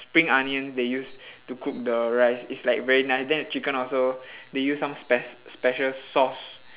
spring onions they use to cook the rice it's like very nice then the chicken also they use some spec~ special sauce